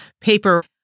paper